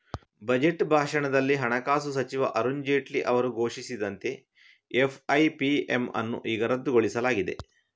budget ಭಾಷಣದಲ್ಲಿ ಹಣಕಾಸು ಸಚಿವ ಅರುಣ್ ಜೇಟ್ಲಿ ಅವರು ಘೋಷಿಸಿದಂತೆ ಎಫ್.ಐ.ಪಿ.ಎಮ್ ಅನ್ನು ಈಗ ರದ್ದುಗೊಳಿಸಲಾಗಿದೆ